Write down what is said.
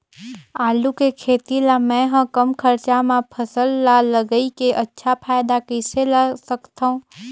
आलू के खेती ला मै ह कम खरचा मा फसल ला लगई के अच्छा फायदा कइसे ला सकथव?